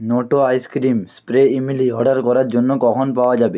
নোটো ice cream spray ইমলি order করার জন্য কখন পাওয়া যাবে